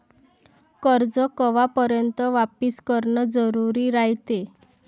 कर्ज कवापर्यंत वापिस करन जरुरी रायते?